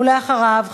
ואחריו,